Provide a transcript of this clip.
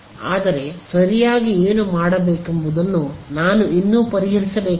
ಆದರೆ ಸರಿಯಾಗಿ ಏನು ಮಾಡಬೇಕೆಂಬುದನ್ನು ನಾನು ಇನ್ನೂ ಪರಿಹರಿಸಬೇಕಾಗಿದೆ